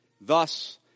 Thus